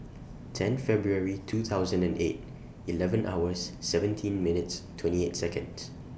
ten February two thousand and eight eleven hours seventeen minutes twenty eight Seconds